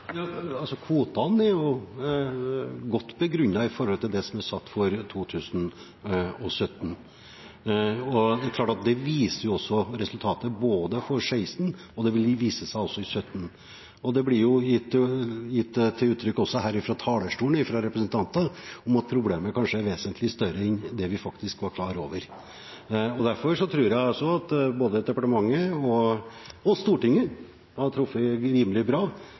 Kvotene er godt begrunnet når det gjelder det som er satt for 2017. Det viser også resultatet for 2016, og det vil vise seg også i 2017. Det blir jo gitt uttrykk for også fra talerstolen fra representanter at problemet kanskje er vesentlig større enn det vi faktisk var klar over. Derfor tror jeg også at både departementet og Stortinget har truffet rimelig bra